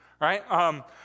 right